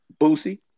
Boosie